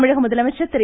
தமிழக முதலமைச்சர் திரு